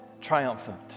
triumphant